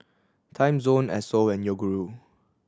Timezone Esso and Yoguru